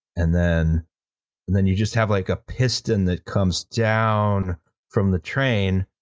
and then and then you just have like a piston that comes down from the train,